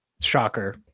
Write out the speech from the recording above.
shocker